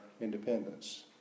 independence